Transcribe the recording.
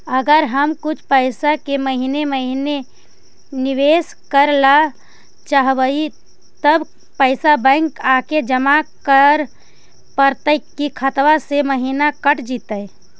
अगर हम कुछ पैसा के महिने महिने निबेस करे ल चाहबइ तब पैसा बैक आके जमा करे पड़तै कि खाता से महिना कट जितै?